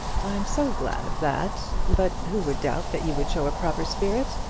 i'm so glad of that. but who would doubt that you would show a proper spirit?